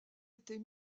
était